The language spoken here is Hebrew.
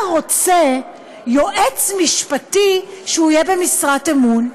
רוצה יועץ משפטי שהוא יהיה במשרת אמון?